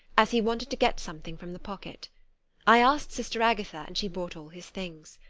as he wanted to get something from the pocket i asked sister agatha, and she brought all his things.